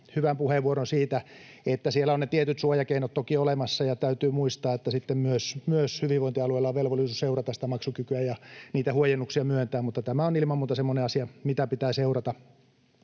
hyvän puheenvuoron siitä, että siellä on ne tietyt suojakeinot toki olemassa. Täytyy muistaa, että myös hyvinvointialueilla on velvollisuus seurata sitä maksukykyä ja niitä huojennuksia myöntää, mutta tämä on ilman muuta semmoinen asia, mitä pitää seurata.